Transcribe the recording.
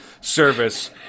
service